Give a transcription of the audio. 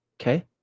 Okay